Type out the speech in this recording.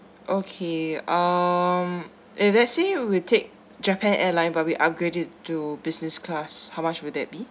okay um if let say we take japan airline but we upgrade it to business class how much would that be